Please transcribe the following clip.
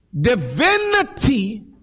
divinity